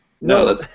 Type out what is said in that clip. no